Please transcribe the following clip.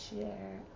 share